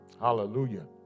Hallelujah